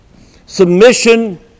submission